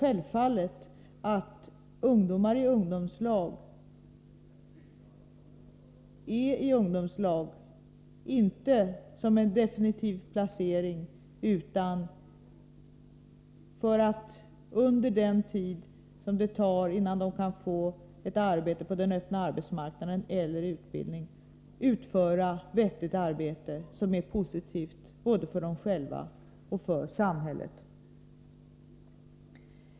Självfallet skall ungdomarnas arbete i ungdomslag inte ses som en definitiv placering, utan de arbetar där för att de under den tid det tar innan de kan komma ut på den öppna arbetsmarknaden eller få utbildning skall få utföra ett vettigt arbete, som är positivt både för dem själva och för samhället.